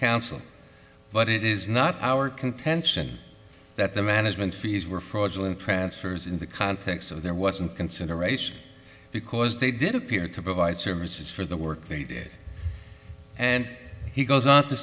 counsel but it is not our contention that the management fees were fraudulent transfers in the context of there wasn't consideration because they didn't appear to provide services for the work they did and he goes on to